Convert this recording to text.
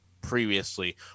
previously